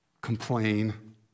complain